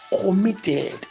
committed